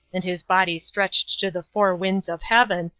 and his body stretched to the four winds of heaven,